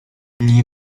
nie